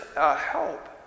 help